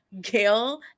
gail